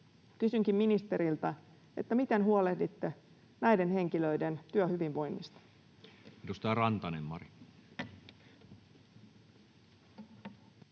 Kysynkin ministeriltä: miten huolehditte näiden henkilöiden työhyvinvoinnista? [Speech 135]